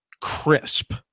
crisp